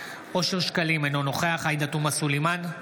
אושר שקלים, אינו נוכח עאידה תומא סלימאן,